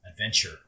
adventure